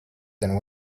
than